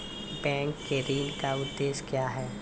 Bank के ऋण का उद्देश्य क्या हैं?